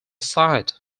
site